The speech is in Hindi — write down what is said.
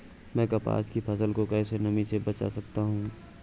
मैं कपास की फसल को कैसे नमी से बचा सकता हूँ?